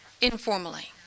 informally